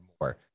more